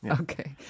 Okay